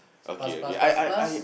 plus plus plus plus